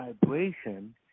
vibration